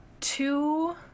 two